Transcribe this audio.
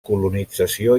colonització